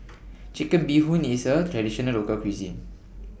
Chicken Bee Hoon IS A Traditional Local Cuisine